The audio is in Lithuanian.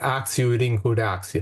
akcijų rinkų reakcija